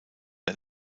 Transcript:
ein